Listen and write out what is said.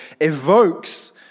evokes